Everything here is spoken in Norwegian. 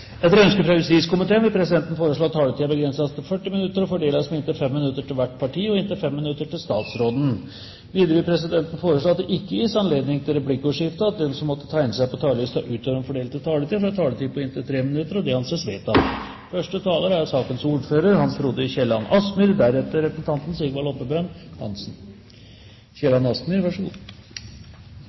Etter ønske fra justiskomiteen vil presidenten foreslå at taletiden begrenses til 40 minutter og fordeles med inntil 5 minutter til hvert parti og inntil 5 minutter til statsråden. Videre vil presidenten foreslå at det gis anledning til replikkordskifte på inntil fire replikker med svar etter innlegget fra statsråden innenfor den fordelte taletid. Videre vil presidenten foreslå at de som måtte tegne seg på talerlisten utover den fordelte taletid, får en taletid på inntil 3 minutter. – Det anses vedtatt. Første taler er representanten